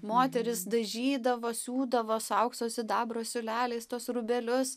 moterys dažydavo siūdavo su aukso sidabro siūleliais tuos rūbelius